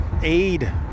aid